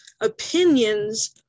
Opinions